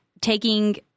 taking